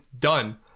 done